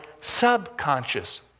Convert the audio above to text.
subconscious